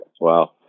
Wow